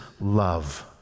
love